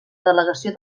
delegació